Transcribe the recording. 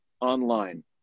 online